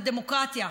זו דמוקרטיה.